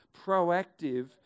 proactive